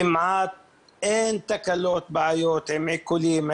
כמעט אין תקלות, בעיות עם עיקולים.